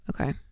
Okay